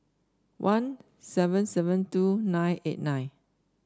one seven seven two nine eight nine